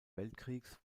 weltkriegs